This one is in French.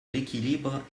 l’équilibre